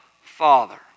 Father